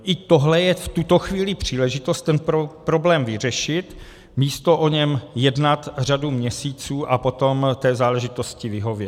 I tohle je v tuto chvíli příležitost ten problém vyřešit, místo o něm jednat řadu měsíců a potom té záležitosti vyhovět.